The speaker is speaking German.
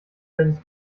seines